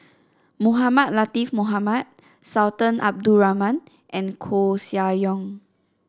Mohamed Latiff Mohamed Sultan Abdul Rahman and Koeh Sia Yong